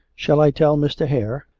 shall i tell mr. hare?